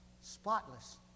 spotless